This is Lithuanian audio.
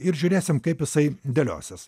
ir žiūrėsim kaip jisai dėliosis